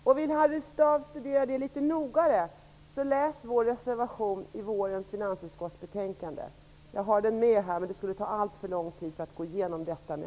Om Harry Staaf vill studera detta litet mer noggrant kan han läsa vår reservation i vårens betänkande från finansutskottet. Jag har med mig den, men det skulle ta alltför lång tid att gå igenom detta med